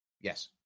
yes